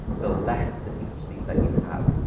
the less the deep sleep that you have.